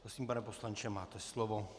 Prosím, pane poslanče, máte slovo.